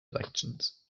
elections